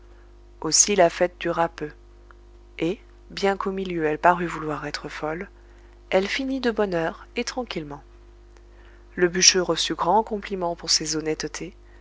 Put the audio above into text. aussi la fête dura peu et bien qu'au milieu elle parût vouloir être folle elle finit de bonne heure et tranquillement le bûcheux reçut grands compliments pour ses honnêtetés